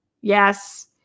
Yes